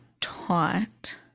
taught